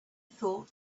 thought